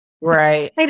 Right